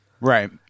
Right